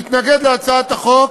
להתנגד להצעת החוק,